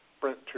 Brent